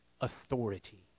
authority